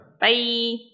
Bye